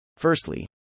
Firstly